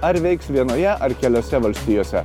ar veiks vienoje ar keliose valstijose